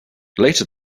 later